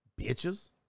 Bitches